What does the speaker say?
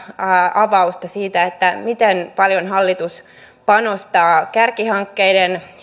avausta siitä miten paljon hallitus panostaa kärkihankkeiden